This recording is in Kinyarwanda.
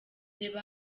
reba